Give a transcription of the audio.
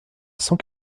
cent